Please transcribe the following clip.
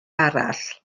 arall